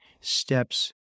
steps